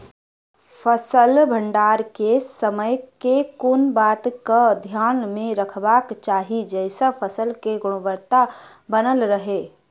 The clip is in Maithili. फसल भण्डारण केँ समय केँ कुन बात कऽ ध्यान मे रखबाक चाहि जयसँ फसल केँ गुणवता बनल रहै?